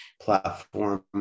platform